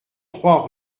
trois